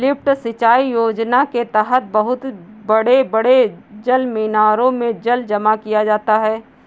lift सिंचाई योजना के तहद बहुत बड़े बड़े जलमीनारों में जल जमा किया जाता है